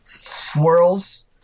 swirls